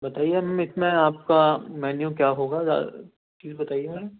بتائیے اس میں آپ کا مینیو کیا ہوگا پلیز بتائیے میم